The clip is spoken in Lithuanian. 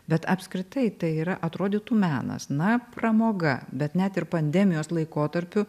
bet apskritai tai yra atrodytų menas na pramoga bet net ir pandemijos laikotarpiu